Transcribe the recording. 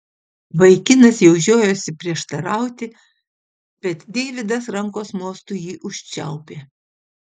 vaikinas jau žiojosi prieštarauti bet deividas rankos mostu jį užčiaupė